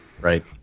Right